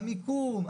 המיקום,